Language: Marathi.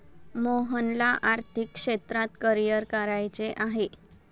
मोहनला आर्थिक क्षेत्रात करिअर करायचे आहे